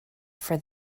for